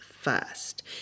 first